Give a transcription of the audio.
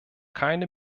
keine